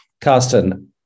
carsten